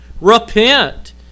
repent